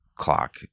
clock